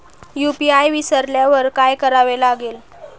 UPI विसरल्यावर काय करावे लागेल?